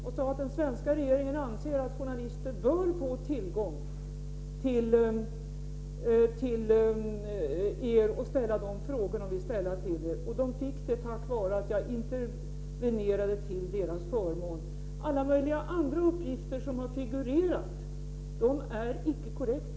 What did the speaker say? Jag sade att den svenska regeringen anser att journalister bör få tillfälle att ställa de frågor de vill ställa till honom. De fick göra det, tack vare att jag intervenerade till deras förmån. Alla möjliga andra uppgifter som har figurerat är icke korrekta.